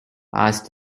asked